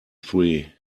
three